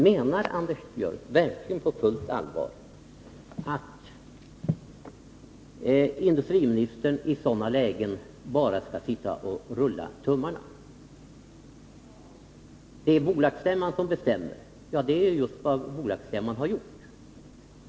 Menar Anders Björck verkligen på fullt allvar att industriministern i sådana lägen bara skall sitta och rulla tummarna? Nr 154 Det är bolagsstämman som bestämmer, sägs det. Det är just vad bolagsstämman och bolagsstyrelsen har gjort.